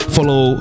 Follow